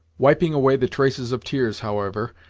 wiping away the traces of tears, however,